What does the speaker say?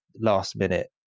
last-minute